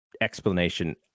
explanation